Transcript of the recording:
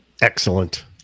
Excellent